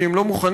כי הם לא מוכנים,